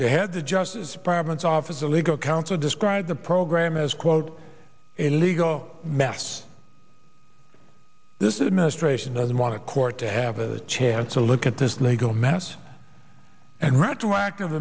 to head the justice department's office of legal counsel described the program as quote a legal mess this is administration doesn't want to court to have a chance to look at this legal mess and retroactive